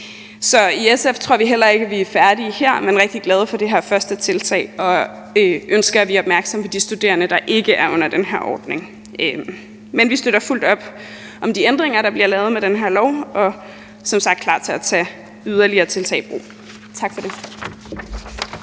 i SF tror vi heller ikke, at vi er færdige her, men er rigtig glade for det her første tiltag og ønsker, at man er opmærksom på de studerende, der ikke er under den her ordning. Men vi støtter fuldt op om de ændringer, der bliver lavet med den her lov, og er som sagt klar til at tage yderligere tiltag i brug. Tak for det.